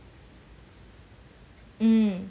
mm